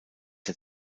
der